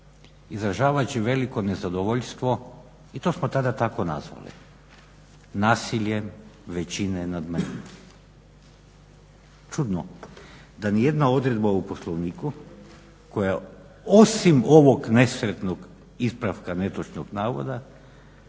izražavajući veliko nezadovoljstvo i to smo tada tako nazvali – nasiljem većine nad manjinom. Čudno, da nijedna odredba u Poslovniku koja, osim ovog nesretnog ispravka netočnog navoda,